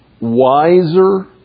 wiser